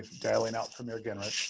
dialing out for mayor genrich.